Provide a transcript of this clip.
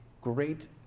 great